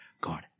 God